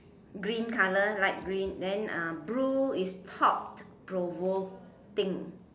green colour light green then ah blue is thought provoking